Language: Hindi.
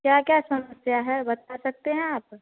क्या क्या समस्या है बता सकते हैं आप